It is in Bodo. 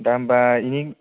दा होनबा एनि